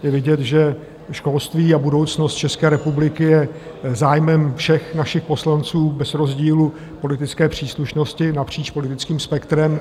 Je vidět, že školství a budoucnost České republiky je zájmem všech našich poslanců bez rozdílu politické příslušnosti, napříč politickým spektrem.